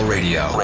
Radio